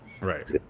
Right